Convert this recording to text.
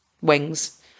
wings